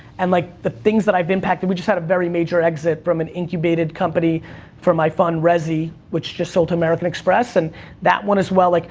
and, like, the things that i've impacted, we just had a very major exit from an incubated company from my fund, resy, which just sold to american express. and that one, as well, like,